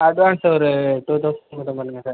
advance ஒரு two thousand மட்டும் பண்ணுங்கள் சார்